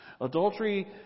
adultery